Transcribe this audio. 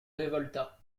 révolta